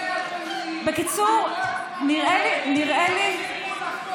אבל את לא מייצגת אותם.